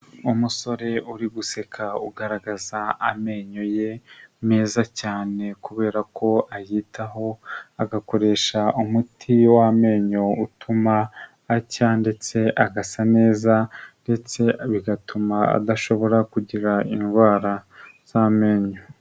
Umusore uri guseka ugaragaza amenyo ye meza cyane kubera ko ayitaho agakoresha umuti w'amenyo utuma acya ndetse agasa neza, ndetse bigatuma adashobora kugira indwara z'amenyo.